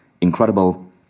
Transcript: incredible